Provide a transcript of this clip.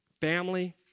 family